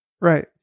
Right